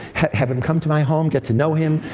have him come to my home, get to know him,